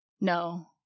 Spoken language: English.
No